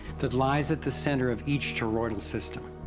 that lies at the center of each toroidal system.